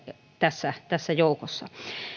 tässä tässä joukossa